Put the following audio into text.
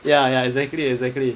ya ya exactly exactly